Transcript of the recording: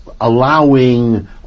allowing